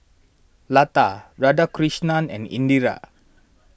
Lata Radhakrishnan and Indira